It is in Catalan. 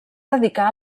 dedicar